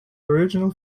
original